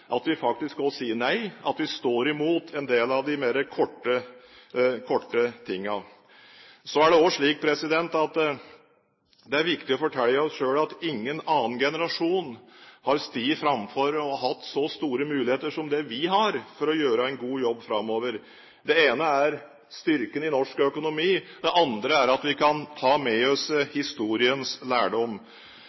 at vi faktisk også sier nei, at vi står imot en del av de mer kortsiktige tingene. Så er det også viktig å fortelle oss selv at ingen annen generasjon har hatt så store muligheter som det vi har for å gjøre en god jobb framover. Det ene er styrken i norsk økonomi. Det andre er at vi kan ta med oss historiens lærdom.